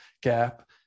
gap